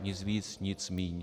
Nic víc, nic míň.